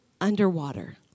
underwater